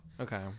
Okay